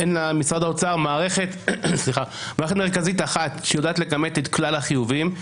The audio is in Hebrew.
למשרד האוצר מערכת מרכזית אחת שיודעת לכמת את כלל החיובים.